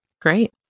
Great